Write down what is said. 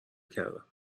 کردم